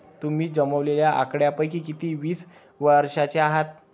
तुम्ही जमवलेल्या आकड्यांपैकी किती वीस वर्षांचे आहेत?